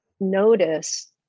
notice